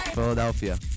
Philadelphia